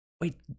Wait